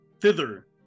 thither